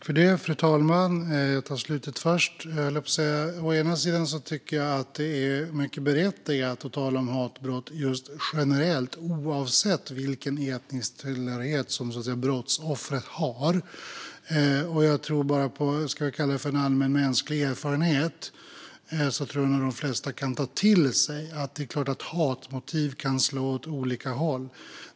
Fru talman! Jag tar det sista först. Jag tycker att det är mycket berättigat att tala om hatbrott just generellt, oavsett vilken etnisk tillhörighet som brottsoffret har. Jag tror nog att de flesta, baserat på en allmänmänsklig erfarenhet, kan ta till sig att hatmotiv kan slå åt olika håll.